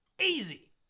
easy